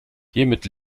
hiermit